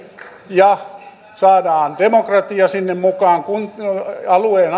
ja saadaan demokratia sinne mukaan kun alueen